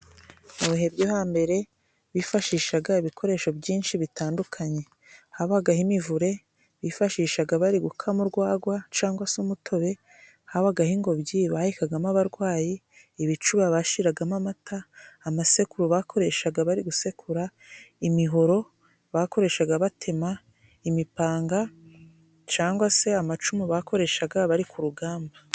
Mu bihe byo hambere bifashishaga ibikoresho byinshi bitandukanye, habagaho imivure bifashishaga bari gukama urwagwa cangwa se umutobe, habagaho ingobyi bahekagamo abarwayi, ibicuba bashiragamo amata, amasekuru bakoreshaga bari gusekura, imihoro bakoreshaga batema, imipanga cangwa se amacumu bakoreshaga bari ku rugamba.